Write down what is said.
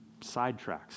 sidetracks